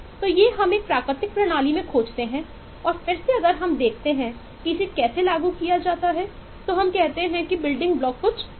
तो ये हम एक प्राकृतिक प्रणाली में खोजते हैं और फिर से अगर हम देखते हैं कि इसे कैसे लागू किया जाता है तो हम कहते हैं कि बिल्डिंग ब्लॉक कम हैं